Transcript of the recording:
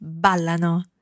ballano